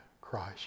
Christ